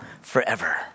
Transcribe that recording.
forever